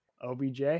OBJ